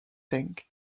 tank